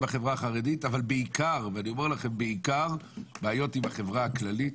החרדית אבל בעיקר בעיות עם החברה הכללית